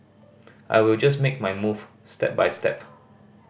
I will just make my move step by step